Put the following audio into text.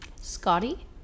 Scotty